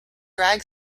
drag